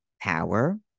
power